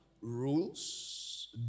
rules